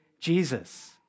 Jesus